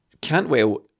Cantwell